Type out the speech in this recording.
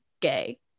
gay